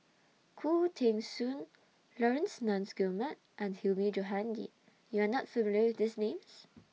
Khoo Teng Soon Laurence Nunns Guillemard and Hilmi Johandi YOU Are not familiar with These Names